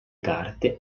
carte